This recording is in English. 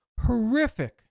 Horrific